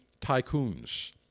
tycoons